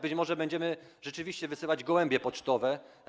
Być może będziemy rzeczywiście wysyłać gołębie pocztowe.